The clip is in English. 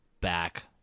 back